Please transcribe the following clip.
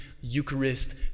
Eucharist